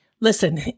Listen